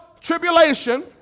tribulation